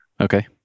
Okay